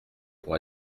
pour